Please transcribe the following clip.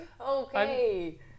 okay